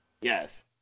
Yes